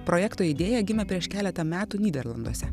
projekto idėja gimė prieš keletą metų nyderlanduose